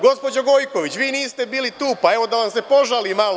Gospođo Gojković, vi niste bili tu, pa evo da vam se požalim malo.